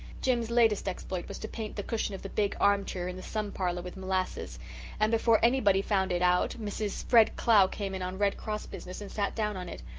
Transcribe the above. jims's latest exploit was to paint the cushion of the big arm-chair in the sun parlour with molasses and before anybody found it out mrs. fred clow came in on red cross business and sat down on it.